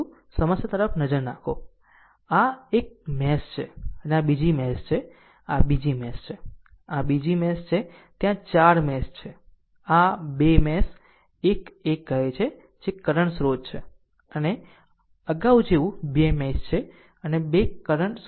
સમસ્યા તરફ પ્રથમ નજર નાખો આ 1 મેશ છે અને આ બીજી મેશ છે આ બીજી મેશ છે આ બીજી મેશ છે ત્યાં 4 મેશ છે આ 2 મેશ ે 1 1 કહે છે જે કરંટ સ્રોત છે અને આમ અગાઉ જેવું 2 મેશ છે અને બે r કરંટ સ્રોત છે